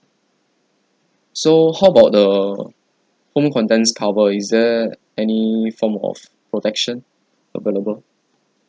so how about the home contents cover is there any form of protection available